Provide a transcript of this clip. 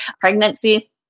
pregnancy